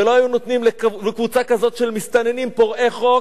ולא היו נותנים לקבוצה כזאת של מסתננים פורעי חוק,